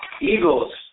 Eagles